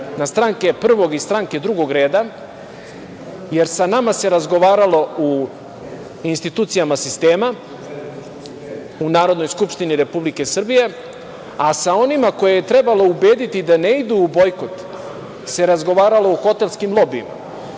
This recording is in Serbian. na stranke prvog i stranke drugog reda, jer sa nama se razgovaralo u institucijama sistema, u Narodnoj skupštini Republike Srbije, a sa onima koje je trebalo ubediti da ne idu u bojkot se razgovaralo u hotelskim lobijima. Pa